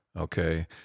Okay